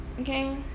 Okay